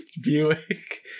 Buick